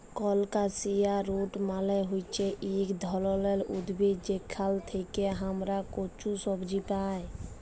colocasia root মালে হচ্যে ইক ধরলের উদ্ভিদ যেখাল থেক্যে হামরা কচু সবজি পাই